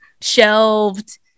shelved